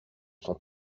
son